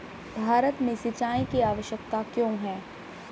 भारत में सिंचाई की आवश्यकता क्यों है?